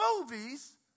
movies